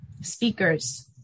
speakers